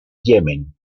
yemen